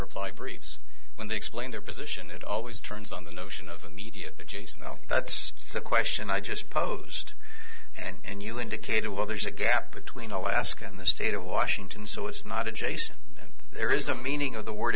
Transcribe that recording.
reply briefs when they explain their position it always turns on the notion of immediate jason l that's the question i just posed and you indicated well there's a gap between alaska and the state of washington so it's not adjacent and there is a meaning of the word